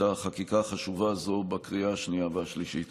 החקיקה החשובה הזו בקריאה השנייה והשלישית.